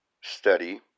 study